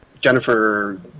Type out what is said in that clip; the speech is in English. Jennifer